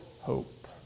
hope